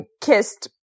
kissed